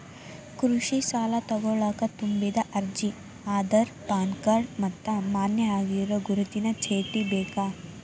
ಕೃಷಿ ಸಾಲಾ ತೊಗೋಣಕ ತುಂಬಿದ ಅರ್ಜಿ ಆಧಾರ್ ಪಾನ್ ಕಾರ್ಡ್ ಮತ್ತ ಮಾನ್ಯ ಆಗಿರೋ ಗುರುತಿನ ಚೇಟಿ ಬೇಕ